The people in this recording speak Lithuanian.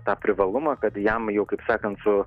tą privalumą kad jam jau kaip sakant su